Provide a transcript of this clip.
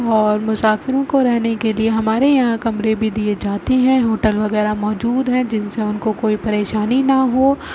اور مسافروں کو رہنے کے لیے ہمارے یہاں کمرے بھی دیے جاتے ہیں ہوٹل وغیرہ موجود ہیں جن سے ان کو کوئی پریشانی نہ ہو